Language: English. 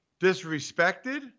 disrespected